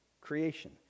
creation